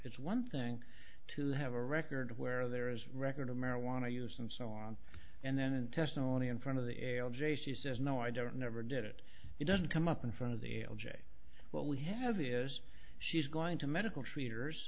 it's one thing to have a record where there is a record of marijuana use and so on and then in testimony in front of the arabs a she says no i don't never did it it doesn't come up in front of the l j what we have is she's going to medical treaters